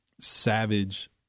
savage